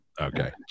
okay